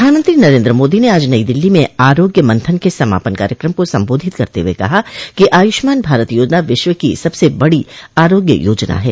प्रधानमंत्री नरेन्द्र मोदी ने आज नई दिल्ली में आरोग्य मंथन के समापन कार्यक्रम को संबोधित करते हुए कहा कि आयुष्मान भारत योजना विश्व की सबसे बड़ी आरोग्य योजना है